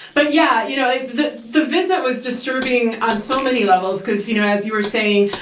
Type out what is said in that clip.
but yeah, you know, the the visit was disturbing on so many levels because, you know, as you were saying,